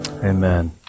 Amen